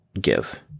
give